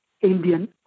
Indian